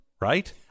Right